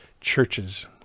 churches